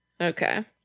Okay